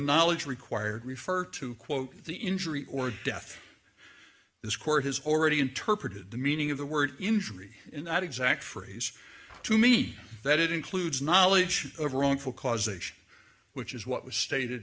knowledge required refer to quote the injury or death this court has already interpreted the meaning of the word injury in that exact phrase to me that it includes knowledge of wrongful causation which is what was stated